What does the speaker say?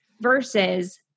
versus